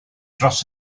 dros